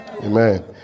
Amen